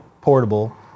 portable